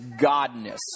godness